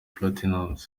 platnumz